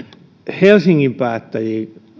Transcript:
helsingin päättäjiin